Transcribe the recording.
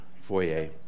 foyer